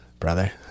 brother